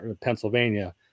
Pennsylvania